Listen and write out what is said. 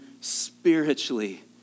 spiritually